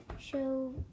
show